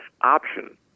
option